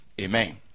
Amen